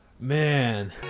Man